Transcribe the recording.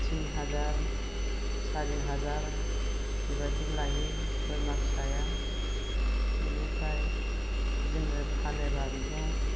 तिन हाजार सारि हाजार बेबायदि लायो बोरमा फिसाया बिनिफ्राय जोङो फानोब्ला बेखौ